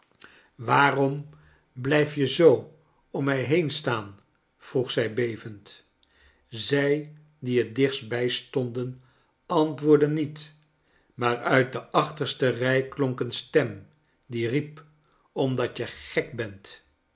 waarom blijf je zoo om mij heen staan vroeg zij bevend zij die het dichtstbij stonden antwoordden niet maar uit de achterste rij klonk een stem die riep omdat je gek bent